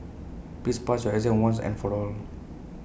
please pass your exam once and for all